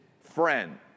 friend